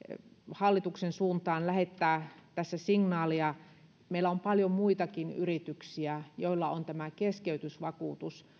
hallituksen suuntaan lähettää tässä signaalia että meillä on paljon muitakin yrityksiä joilla on tämä keskeytysvakuutus